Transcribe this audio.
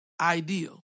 ideal